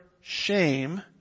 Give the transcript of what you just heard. shame